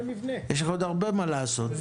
יש לך עוד הרבה מה לעשות,